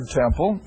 temple